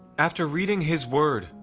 after reading his word,